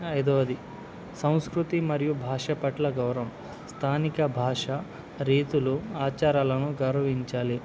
ఐదవది సంస్కృతి మరియు భాష పట్ల గౌరవం స్థానిక భాష రీతులు ఆచారాలను గర్వించాలి